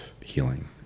healing